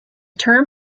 term